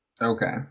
Okay